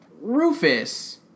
Rufus